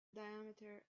diameter